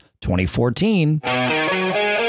2014